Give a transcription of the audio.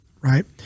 Right